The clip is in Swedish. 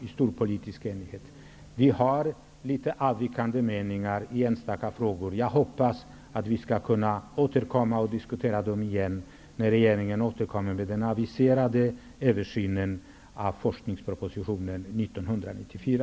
Det föreligger avvikande meningar i enstaka frågor, och jag hoppas att vi skall kunna återkomma och diskutera dem igen när regeringen lägger fram den aviserade översynen av forskningspropositionen 1994.